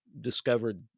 discovered